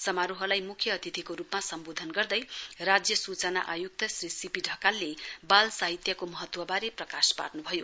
समारोहलाई मुख्य अतिथिको रूपमा सम्बोधन गर्दै राज्य सूचना आयुक्त श्री सीपी ढकालले बाल साहित्यको महत्वबारे प्रकाश पार्न्भयो